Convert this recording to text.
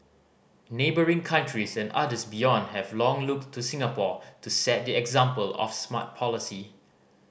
neighbouring countries and others beyond have long looked to Singapore to set the example of smart policy